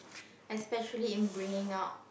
especially in bringing out